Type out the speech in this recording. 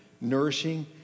nourishing